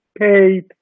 paid